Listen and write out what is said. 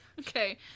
Okay